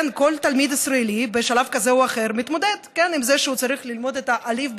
כל תלמיד ישראלי בשלב כזה או אחר מתמודד עם זה שהוא צריך ללמוד: אליף,